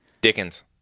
Dickens